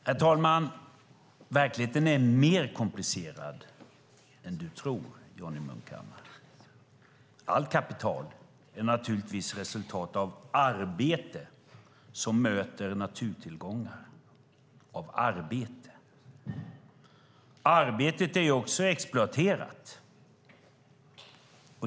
Herr talman! Verkligheten är mer komplicerad än du tror, Johnny Munkhammar. Allt kapital är naturligtvis resultatet av arbete som möter naturtillgångar av arbete. Arbetet är också exploaterat.